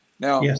Now